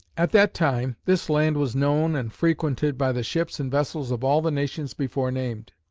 at that time, this land was known and frequented by the ships and vessels of all the nations before named.